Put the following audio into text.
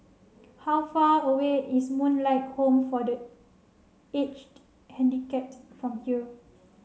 how far away is Moonlight Home for the Aged Handicapped from here